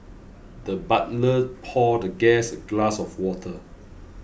the butler poured the guest a glass of water